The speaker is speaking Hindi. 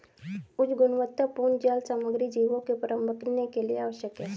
उच्च गुणवत्तापूर्ण जाल सामग्री जीवों के पनपने के लिए आवश्यक है